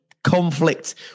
conflict